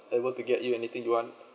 able to get you anything you want